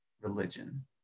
religion